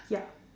yup